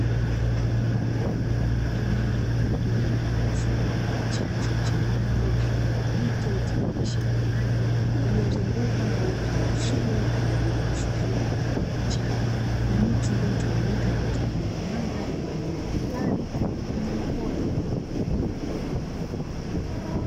Eneo kubwa la wazi lenye chanzo cha maji mfano wa mto utiririshao maji umezungukwa na uoto kama vile nyasi fupi , vichaka na miti iliyotawanyika na kutengeneza mandhari kwa ajili ya makazi ya wanyamapori.